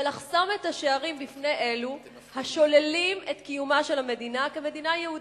ולחסום את השערים בפני אלה השוללים את קיומה של המדינה כמדינה יהודית.